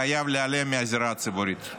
חייב להיעלם מהזירה הציבורית.